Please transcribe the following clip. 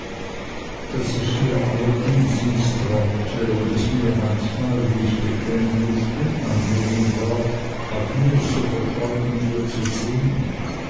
daß ich ihr allerdings mißtraute und es mir manchmal wie ich bekennen muß unangenehm war agnes so vertraut mit ihr zu sehen